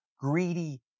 greedy